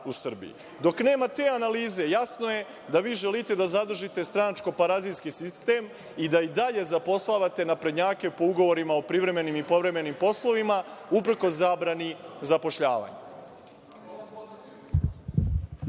Dok nema te analize jasno je da vi želite da zadržite stranački parazitski sistem i da dalje zapošljavate naprednjake po ugovorima o privremenim i povremenim poslovima uprkos zabrani zapošljavanja.